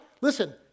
listen